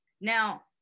Now